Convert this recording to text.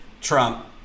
Trump